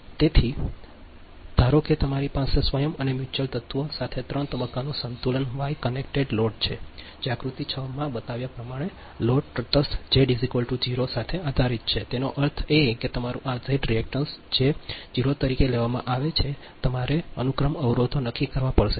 તેથી ધારો કે તમારી પાસે સ્વયં અને મ્યુચ્યુઅલ તત્વો સાથે ત્રણ તબક્કાનું સંતુલન વાય કનેક્ટેડ લોડ છે જે આકૃતિ 6 માં બતાવ્યા પ્રમાણે લોડ તટસ્થ ઝેડ 0 સાથે આધારીત છે તેનો અર્થ એ કે તમારું આ Zreactance જે 0 તરીકે લેવામાં આવે છે તમારે અનુક્રમ અવરોધો નક્કી કરવા પડશે